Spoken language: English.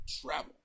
Travel